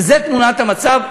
וזאת תמונת המצב.